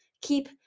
keep